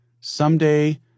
someday